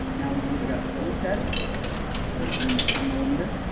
now we've either got phillips head or we can use ten millimeter,